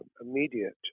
immediate